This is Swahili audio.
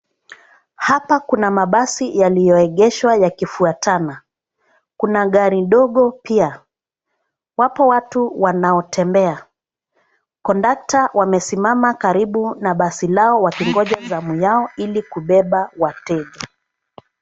Hapa kuna mabasi yaliyoegeshwa yakifuatana, kuna gari ndogo pia. Wapo watu wanaotembea. Kondakta wamesimama karibu na basi lao wakingoja zamu yao ili kubeba wateja.